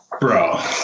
Bro